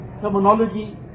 terminology